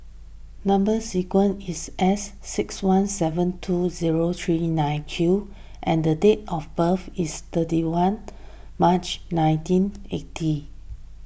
Number Sequence is S six one seven two zero three nine Q and the date of birth is thirty one March nineteen eighty